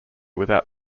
without